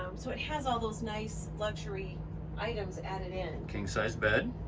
um so it has all those nice luxury items added in king size bed,